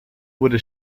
wurde